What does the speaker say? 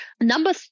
Number